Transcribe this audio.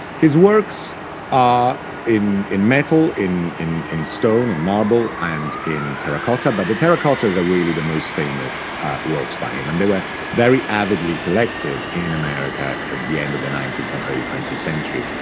his works are in in metal, in in stone, in marble, and in terracotta. but the terracottas are really the most famous works by him, and they were very avidly collected in america at the end of the nineteenth and early twentieth century.